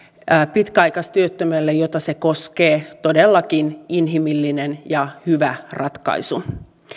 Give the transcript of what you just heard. pitkäaikaistyöttömälle joita se koskee todellakin inhimillinen ja hyvä ratkaisu